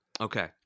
Okay